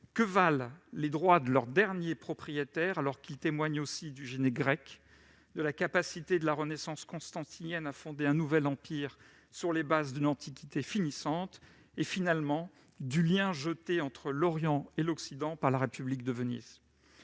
que valent les droits de leurs derniers propriétaires, alors qu'ils témoignent aussi du génie grec, de la capacité de la Renaissance constantinienne à fonder un nouvel empire sur les bases de l'Antiquité finissante et, finalement, du lien jeté entre l'Orient et l'Occident par la République de Venise ?